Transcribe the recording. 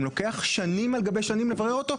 אם לוקח שנים על גבי שנים לברר אותו,